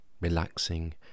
relaxing